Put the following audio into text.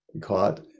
caught